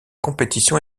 compétition